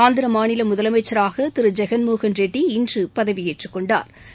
ஆந்திர மாநில முதலமைச்சராக திரு ஜெகன்மோகன் ரெட்டி இன்று பதவியேற்றுக் கொண்டாா்